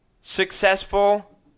successful